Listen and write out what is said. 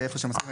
איפה שמסכימים,